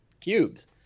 cubes